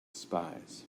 spies